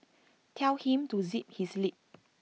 tell him to zip his lip